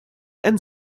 and